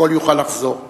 הכול יוכל לחזור.